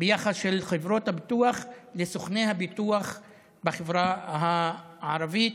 ביחס של חברות הביטוח לסוכני הביטוח בחברה הערבית.